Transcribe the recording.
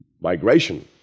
migration